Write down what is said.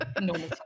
normal